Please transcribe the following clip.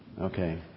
Okay